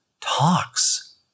talks